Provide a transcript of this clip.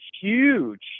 huge